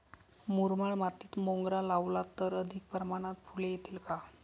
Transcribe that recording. मुरमाड मातीत मोगरा लावला तर अधिक प्रमाणात फूले येतील का?